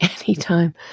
anytime